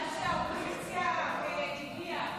מזל שהאופוזיציה הגיעה.